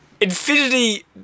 infinity